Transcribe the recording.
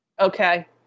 Okay